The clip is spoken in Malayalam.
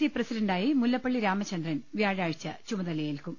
സി പ്രസിഡന്റായി മുല്ലപ്പള്ളി രാമചന്ദ്രൻ വ്യാഴാഴ്ച ചുമതലയേൽക്കും